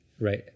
right